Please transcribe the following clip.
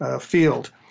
field